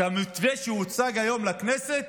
שהמתווה שהוצג היום לכנסת